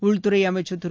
உள்துறை அமைச்சர் திரு